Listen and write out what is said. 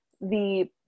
the-